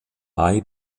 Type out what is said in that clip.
mai